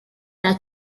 their